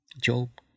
Job